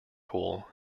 pool